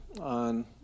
on